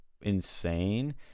insane